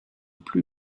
plus